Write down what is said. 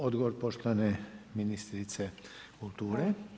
Odgovor poštovane ministrice kulture.